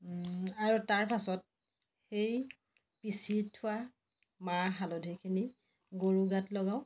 আৰু তাৰপাছত সেই পিচি থোৱা মাহ হালধিখিনি গৰু গাত লগাওঁ